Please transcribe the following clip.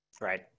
right